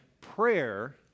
prayer